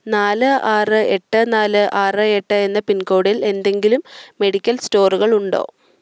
നാല് ആറ് എട്ട് നാല് ആറ് എട്ട് എന്ന പിൻകോഡിൽ എന്തെങ്കിലും മെഡിക്കൽ സ്റ്റോറുകളുണ്ടോ